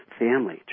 family